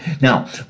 Now